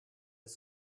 les